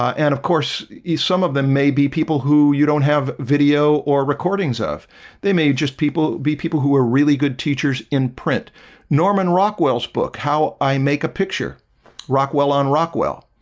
and of course some of them may be people who you don't have video or recordings of they may just people be people who were really good teachers in print norman rockwell's book how i make a picture rockwell on rockwell